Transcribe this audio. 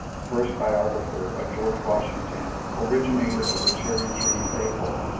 first biographer of george washington, originator of the cherry-tree fable,